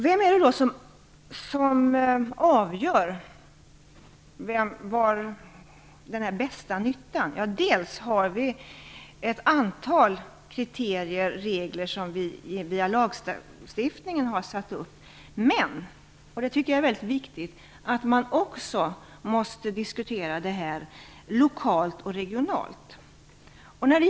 Vem är det då som avgör vad som är den bästa nyttan? Ja, vi har ett antal kriterier/regler som vi via lagstiftningen har satt upp. Men det är också viktigt att detta diskuteras lokalt och regionalt.